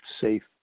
safe